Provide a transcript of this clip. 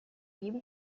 jedem